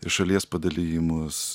ir šalies padalijimus